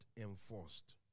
enforced